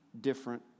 different